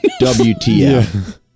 WTF